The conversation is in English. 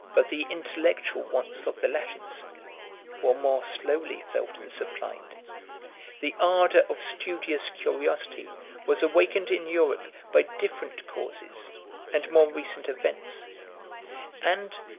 but the intellectual wants of the latins were more slowly felt and supplied the ardor of studious curiosity was awakened in europe by different causes and more recent events and,